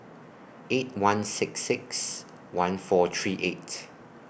eight one six six one four three eight